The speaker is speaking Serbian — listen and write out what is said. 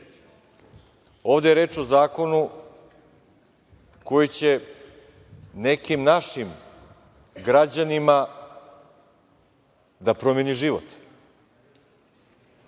je reč o zakonu koji će nekim naših građanima da promeni život.